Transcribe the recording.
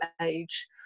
age